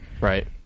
Right